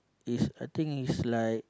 is I think is like